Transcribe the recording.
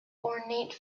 ornate